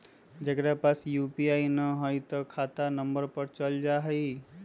जेकरा पास यू.पी.आई न है त खाता नं पर चल जाह ई?